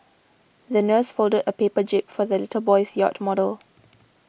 the nurse folded a paper jib for the little boy's yacht model